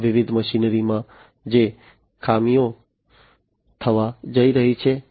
આ વિવિધ મશીનરીમાં જે ખામીઓ થવા જઈ રહી છે